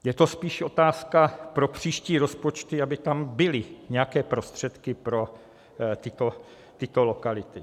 Je to spíše otázka pro příští rozpočty, aby tam byly nějaké prostředky pro tyto lokality.